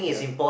ya